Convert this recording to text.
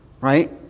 right